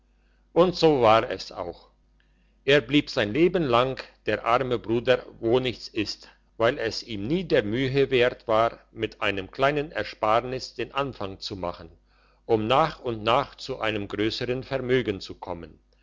und so war es auch er blieb sein leben lang der arme bruder wonichtsist weil es ihm nie der mühe wert war mit einem kleinen ersparnis den anfang zu machen um nach und nach zu einem grössern vermögen zu kommen